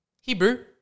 Hebrew